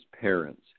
parents